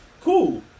Cool